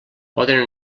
poden